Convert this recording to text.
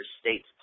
State's